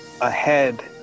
ahead